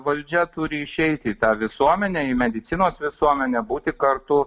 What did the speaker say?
valdžia turi išeiti į tą visuomenę į medicinos visuomenę būti kartu